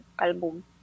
album